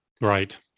Right